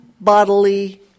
bodily